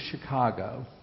Chicago